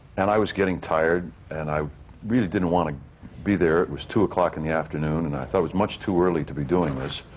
and i was getting tired and i really didn't want to be there. it was two o'clock in the afternoon, and i thought it was much too early to be doing this.